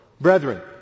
brethren